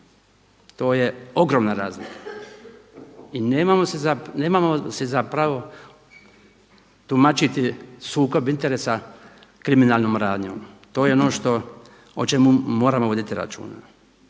to je ogromna razlika i nemamo si za pravo tumačiti sukob interesa kriminalnom radnjom, to je ono o čemu moramo voditi računa.